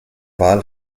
wahl